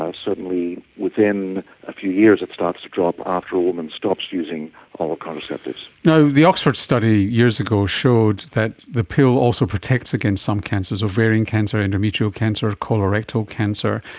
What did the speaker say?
um certainly within a few years it starts to drop after a woman stops using oral contraceptives. you know the oxford study years ago showed that the pill also protects against some cancers, ovarian cancer, endometrial cancer, colorectal cancer.